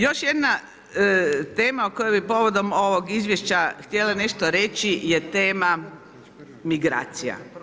Još jedna tema o kojoj bi povodom ovog izvješća htjela nešto reći je tema migracija.